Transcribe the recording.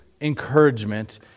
Encouragement